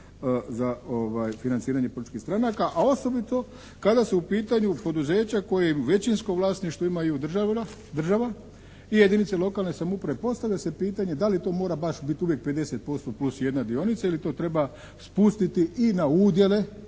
za financiranje političkih stranaka, a osobito kada su u pitanju poduzeća kojem većinskom vlasništvu ima država i jedinice lokalne samouprave. Postavlja se pitanje da li to mora baš biti uvijek 50% plus jedna dionica ili to treba spustiti i na udjele